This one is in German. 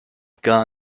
etwas